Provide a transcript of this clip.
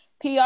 PR